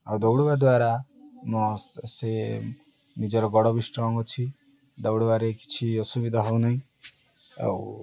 ଆଉ ଦୌଡ଼ିବା ଦ୍ୱାରା ମୋ ସେ ନିଜର ଗୋଡ଼ ବି ଷ୍ଟ୍ରଙ୍ଗ ଅଛି ଦୌଡ଼ିବାରେ କିଛି ଅସୁବିଧା ହଉନାହିଁ ଆଉ